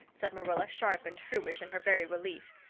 said marilla, sharp and shrewish in her very relief.